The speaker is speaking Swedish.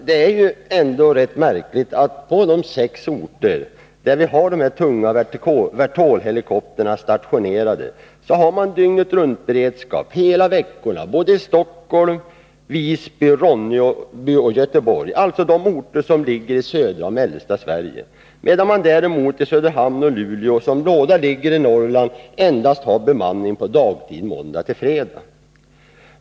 Det är rätt märkligt att man på de orter i södra och mellersta Sverige där de tunga Vertol-helikoptrarna är stationerade har dygnetruntberedskap hela veckorna — Stockholm, Visby, Ronneby och Göteborg — medan man i Söderhamn och Luleå, som båda ligger i Norrland, endast har bemanning under dagtid måndag-fredag.